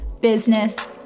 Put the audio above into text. business